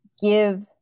give